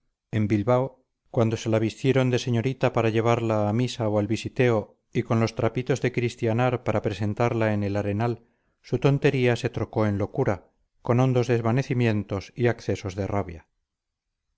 en bilbao cuando se la vistieron de señorita para llevarla a misa o al visiteo y con los trapitos de cristianar para presentarla en el arenal su tontería se trocó en locura con hondos desvanecimientos y accesos de rabia